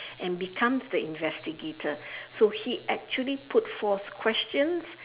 and becomes the investigator so he actually puts forth questions